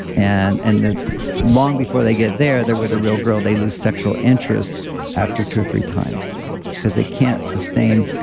and and that long before they get there they're with a real girl, they lose sexual interest after two or three times because they can't sustain